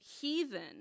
heathen